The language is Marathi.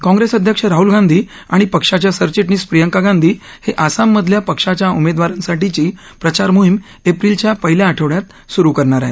काँग्रेस अध्यक्ष राह्ल गांधी आणि पक्षाच्या सरचिटणीस प्रियांका गांधी हे आसाममधल्या पक्षाच्या उमेदवारांसाठीची प्रचार मोहिम एप्रिलॅच्या पहिल्या आठवड़यात सुरू करणार आहेत